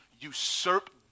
usurp